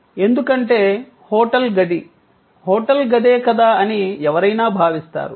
ఎందుకంటే హోటల్ గది హోటల్ గదే కదా అని ఎవరైనా భావిస్తారు